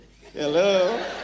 Hello